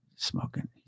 smoking